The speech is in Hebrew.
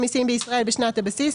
הבסיס,